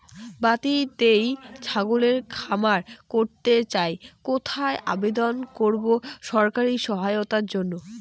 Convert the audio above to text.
বাতিতেই ছাগলের খামার করতে চাই কোথায় আবেদন করব সরকারি সহায়তার জন্য?